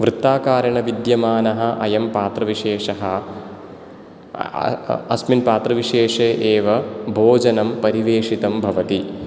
वृत्ताकारेण विद्यमानः अयं पात्रविशेषः अस्मिन् पात्रविशेषे एव भोजनं परिवेशितं भवति